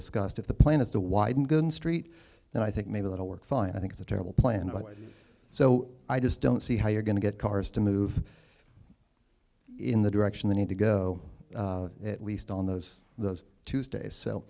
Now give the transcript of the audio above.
discussed if the plan is to widen going street then i think maybe a little work fine i think it's a terrible plan but so i just don't see how you're going to get cars to move in the direction they need to go at least on those those tuesdays so